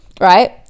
right